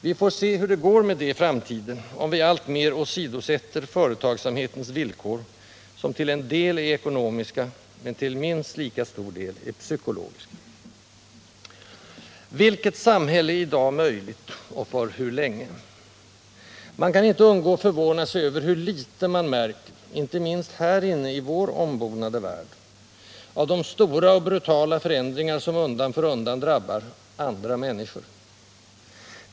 Vi får se hur det går med det i framtiden, om vi alltmer åsidosätter företagsamhetens villkor, som till en del är ekonomiska men till minst lika stor del är psykologiska. Vilket samhälle är i dag möjligt? Och för hur länge? Man kan inte undgå att förvåna sig över hur litet man märker — inte minst här inne i vår ombonade värld — av de stora och brutala förändringar, som undan för undan drabbar ”andra människor”.